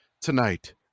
tonight